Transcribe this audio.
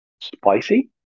spicy